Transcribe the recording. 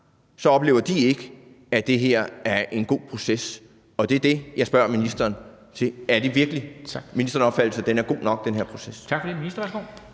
så oplever de ikke, at det her er en god proces. Og det er det, jeg spørger ministeren om: Er det virkelig ministerens opfattelse, at den her proces er god nok?